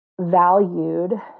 valued